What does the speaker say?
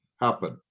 happen